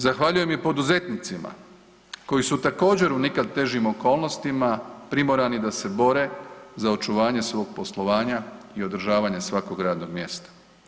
Zahvaljujem i poduzetnicima koji su također u nikad težim okolnostima primorani da se bore za očuvanje svog poslovanja i održavanja svakog radnog mjesta.